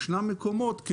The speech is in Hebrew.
ישנם מקומות,